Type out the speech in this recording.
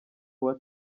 uwa